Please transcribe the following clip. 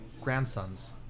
Grandsons